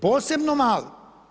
Posebno mali.